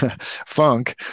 Funk